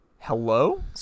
Hello